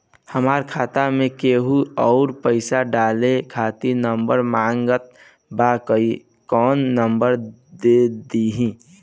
हमार खाता मे केहु आउर पैसा डाले खातिर नंबर मांगत् बा कौन नंबर दे दिही?